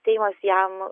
seimas jam